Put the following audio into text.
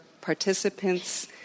participants